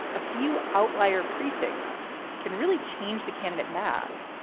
a few outlier precincts can really change the candidate math.